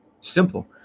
Simple